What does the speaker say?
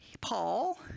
Paul